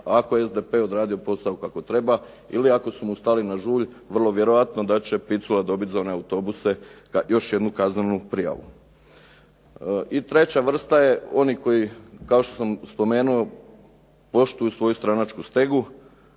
ako je SDP odradio posao kako treba ili ako su mu stali na žulj vrlo vjerojatno da će Picula dobiti za one autobuse još jednu kaznenu prijavu. I treća vrsta je oni koji kao što sam spomenuo poštuju svoju stranačku stegu,